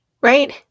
right